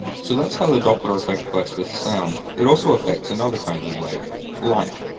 so that's how the doppler effect works with sound. it also affects another kind of wave light.